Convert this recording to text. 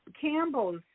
Campbell's